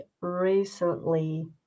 recently